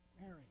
Mary